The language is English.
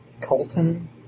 Colton